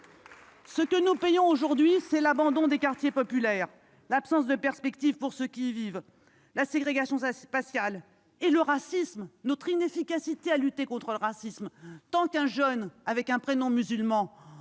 Ce que nous payons aujourd'hui, c'est l'abandon des quartiers populaires, l'absence de perspective pour ceux qui y vivent, la ségrégation spatiale et notre inefficacité à lutter contre le racisme. Tant qu'un jeune avec un prénom musulman